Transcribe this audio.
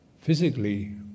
physically